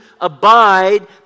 abide